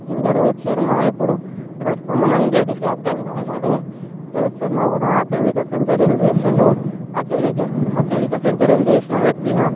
ఇంకా రోహిత్ శర్మ ఇప్పుడు ప్రస్తుతం మన ఇండియాకి క్యాప్టెన్గా ఉన్నాడు రోహిత్ శర్మ కూడా అత్యధిక సెంచరీలు చేసాడు అత్యధిక అత్యధిక సెంచరీలు చేసిన వ్యక్తిగా